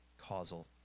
causal